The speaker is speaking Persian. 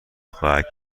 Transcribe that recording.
خواهد